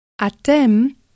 atem